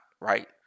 right